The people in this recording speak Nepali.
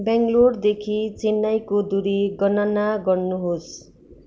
बेङ्गलोरदेखि चेन्नईको दूरी गणना गर्नुहोस्